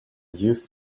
used